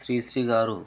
శ్రీ శ్రీ గారు